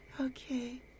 okay